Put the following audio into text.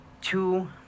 two